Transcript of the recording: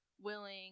willing